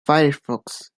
firefox